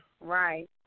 right